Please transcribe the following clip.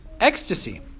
ecstasy